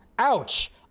Ouch